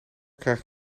krijgen